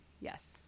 Yes